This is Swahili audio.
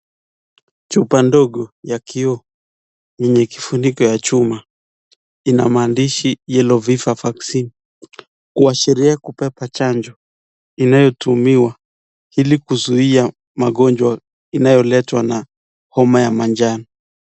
Chupa ndogo kiio yenye kifuniko ya chuma inamaandishi yellow fever vaccine kuashiria kupata chanjo inayotumiwa ili kuzuia magonjwa inayoletwa na magonjwa ya manjano.